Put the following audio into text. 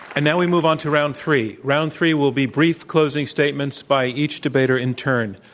and now we move on to round three. round three will be brief closing statements by each debater in turn.